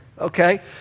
Okay